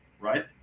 right